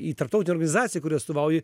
į tarptautinę organizaciją kurią atstovauji